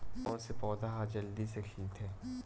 कोन से पौधा ह जल्दी से खिलथे?